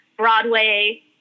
broadway